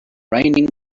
raining